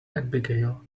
abigail